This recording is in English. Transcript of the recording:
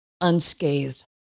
unscathed